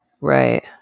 right